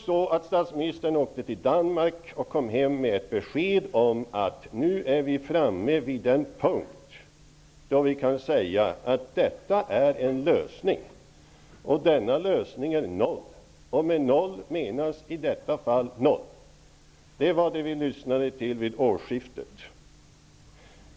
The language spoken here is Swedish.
Statsministern åkte till Danmark och kom hem med ett besked om att vi nu är framme vid den punkt då vi kan säga att detta är en lösning och att denna lösning är noll, och med noll menas i detta fall noll. Det var det besked vi lyssnade till vid årsskiftet.